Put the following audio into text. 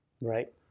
right